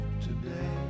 today